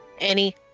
Annie